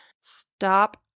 Stop